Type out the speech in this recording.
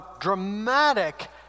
dramatic